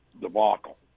debacle